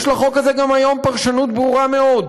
יש לחוק זה היום גם פרשנות ברורה מאוד,